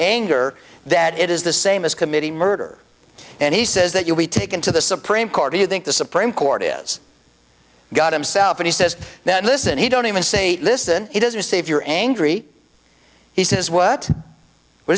anger that it is the same as committing murder and he says that you'll be taken to the supreme court do you think the supreme court is god himself when he says that listen he don't even say listen he doesn't say if you're angry he says what w